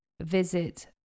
visit